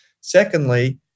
Secondly